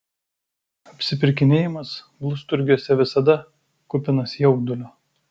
apsipirkinėjimas blusturgiuose visada kupinas jaudulio